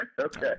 okay